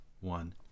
one